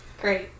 Great